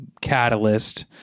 catalyst